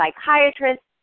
psychiatrists